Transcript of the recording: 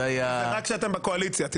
זה רק כשאתם בקואליציה.